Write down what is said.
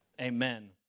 amen